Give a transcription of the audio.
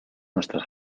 nuestras